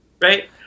right